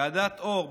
ועדת אור,